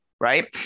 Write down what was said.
right